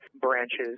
branches